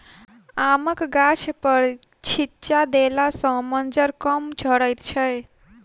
आमक गाछपर छिच्चा देला सॅ मज्जर कम झरैत छै